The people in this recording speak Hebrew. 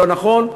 לא נכון,